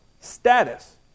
status